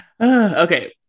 okay